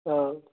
ఆ